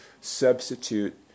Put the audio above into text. substitute